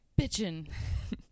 bitching